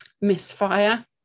misfire